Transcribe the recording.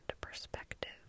perspective